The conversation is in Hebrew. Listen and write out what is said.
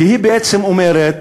כי היא בעצם אומרת,